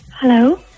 hello